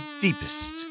deepest